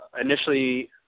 initially